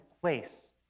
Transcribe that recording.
place